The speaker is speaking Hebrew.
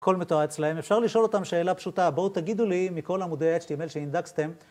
כל מטרה אצלהם, אפשר לשאול אותם שאלה פשוטה, בואו תגידו לי מכל עמודי html שאינדקסתם.